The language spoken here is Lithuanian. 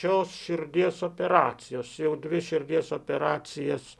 šios širdies operacijos jau dvi širdies operacijas